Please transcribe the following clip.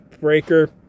breaker